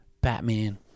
Batman